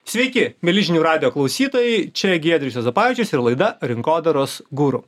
sveiki mieli žinių radijo klausytojai čia giedrius juozapavičius ir laida rinkodaros guru